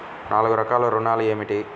నాలుగు రకాల ఋణాలు ఏమిటీ?